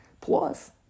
Plus